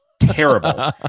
terrible